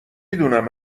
دونم